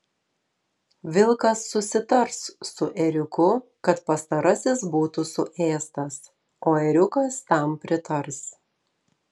vilkas susitars su ėriuku kad pastarasis būtų suėstas o ėriukas tam pritars